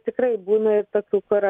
tikrai būna ir tokių kur